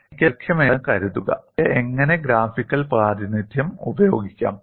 എനിക്ക് ദൈർഘ്യമേറിയ ഒരു വിള്ളൽ ഉണ്ടെന്ന് കരുതുക എനിക്ക് എങ്ങനെ ഗ്രാഫിക്കൽ പ്രാതിനിധ്യം ഉപയോഗിക്കാം